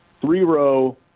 three-row